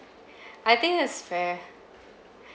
I think that's fair